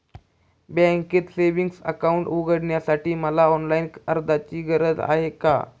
बँकेत savings account उघडण्यासाठी मला ऑनलाईन अर्जाची गरज आहे का?